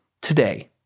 Today